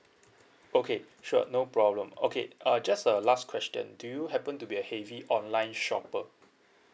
okay sure no problem okay uh just a last question do you happen to be a heavy online shopper